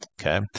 Okay